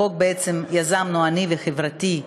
את החוק בעצם יזמנו אני וחברתי,